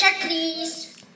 please